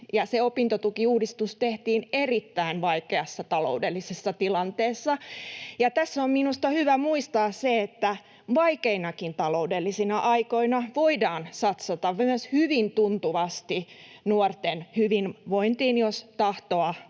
opintotukiuudistus tehtiin erittäin vaikeassa taloudellisessa tilanteessa. Tässä on minusta hyvä muistaa se, että vaikeinakin taloudellisina aikoina voidaan satsata myös hyvin tuntuvasti nuorten hyvinvointiin, jos tahtoa